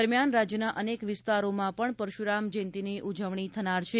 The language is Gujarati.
દરમ્યાન રાજ્યના અનેક વિસ્તારોમાં પણ પરશુરામ જયંતની ઉજવણી થનાર છે